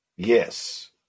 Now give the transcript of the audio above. Yes